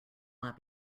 not